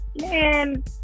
Man